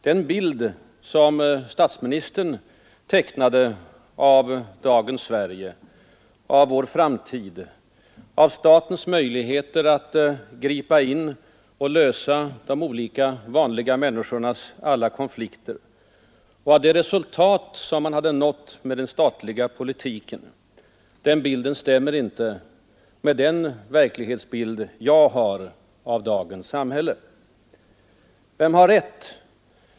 Den bild som statsministern tecknade av dagens Sverige, av vår framtid, av statens möjligheter att gripa in och lösa de olika vanliga människornas alla konflikter och av det resultat som man hade nått med den statliga politiken stämmer inte med den verklighetsbild jag har. Vem har rätt?